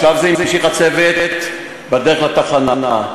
בשלב זה המשיך הצוות בדרך לתחנה.